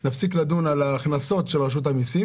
נפסיק לדון על ההכנסות של רשות המסים